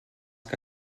que